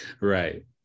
Right